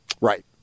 Right